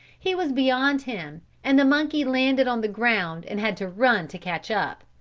he was beyond him and the monkey landed on the ground and had to run to catch up.